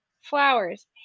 flowers